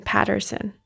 Patterson